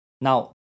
now